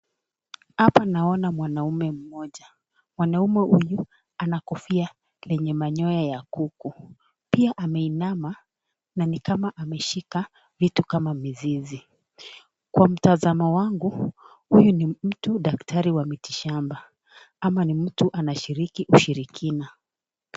Hapa naona mwanaume mmoja, mwanaume huyu ana kofia lenye manyoya ya kuku, pia ameinama na ni kama ameshika vitu kama miziz, kwa mtazamo wangu, huyu ni mtu daktari wa miti shamba ama ni mtu anashiriki ushirikina.